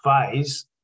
phase